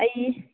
ꯑꯩ